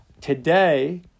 today